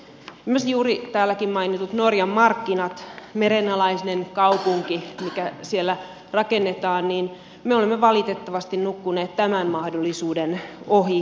esimerkiksi juuri täälläkin mainitut norjan markkinat merenalainen kaupunki mikä siellä rakennetaan niin me olemme valitettavasti nukkuneet tämän mahdollisuuden ohi ja tämän ajan ohi